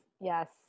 yes